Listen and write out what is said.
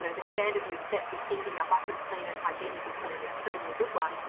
you know the standard we've set with keeping our buses clean and hygienic has been an extremely good one.